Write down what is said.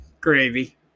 Gravy